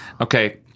okay